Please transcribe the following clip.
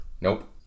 Nope